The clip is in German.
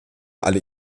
alle